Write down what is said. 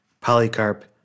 Polycarp